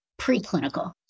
preclinical